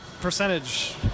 percentage